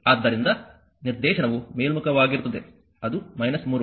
ಆದ್ದರಿಂದ ಆದ್ದರಿಂದ ನಿರ್ದೇಶನವು ಮೇಲ್ಮುಖವಾಗಿರುತ್ತದೆ ಅದು 3